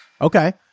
Okay